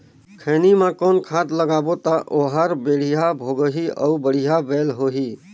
खैनी मा कौन खाद लगाबो ता ओहार बेडिया भोगही अउ बढ़िया बैल होही?